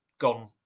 Gone